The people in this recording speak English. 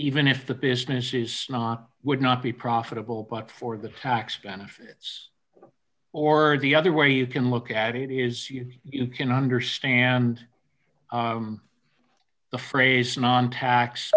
even if the business is not would not be profitable but for the tax benefits or the other way you can look at it is you you can understand the phrase non tax